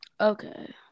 Okay